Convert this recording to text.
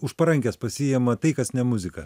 už parankės pasiima tai kas ne muzika